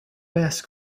ask